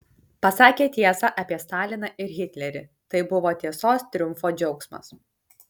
pasakė tiesą apie staliną ir hitlerį tai buvo tiesos triumfo džiaugsmas